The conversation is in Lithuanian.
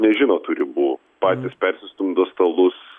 nežino tų ribų patys persistumdo stalus